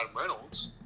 Reynolds